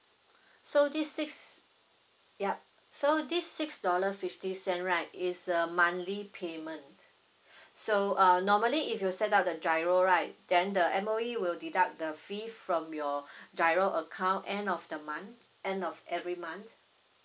so this six yup so this six dollar fifty cent right is a monthly payment so uh normally if you set up the giro right then the M_O_E will deduct the fee from your giro account end of the month end of every month